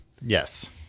Yes